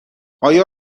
آیا